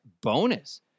bonus